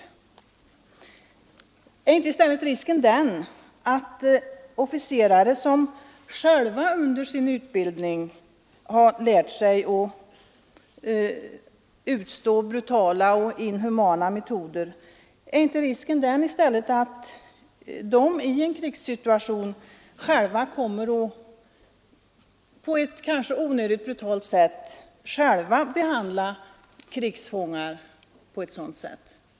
Finns det inte i stället en risk att officerare som själva under sin utbildning fått utstå brutala och inhumana metoder i en krigssituation själva kommer att behandla krigsfångar på ett onödigt brutalt sätt?